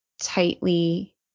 tightly